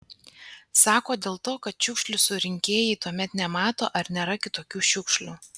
sako dėl to kad šiukšlių surinkėjai tuomet nemato ar nėra kitokių šiukšlių